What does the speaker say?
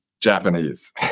japanese